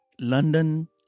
London